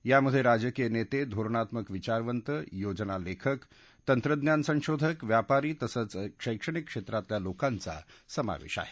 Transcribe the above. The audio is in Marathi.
यामध्ये राजकीय नेते धोरणात्मक विचारवंत योजना लेखक तंत्रज्ञान संशोधक व्यापारी तसंच शैक्षणिक क्षेत्रातल्या लोकांचा समावेश आहे